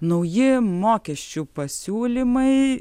nauji mokesčių pasiūlymai